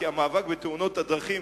כי המאבק בתאונות הדרכים,